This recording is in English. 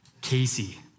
Casey